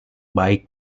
baik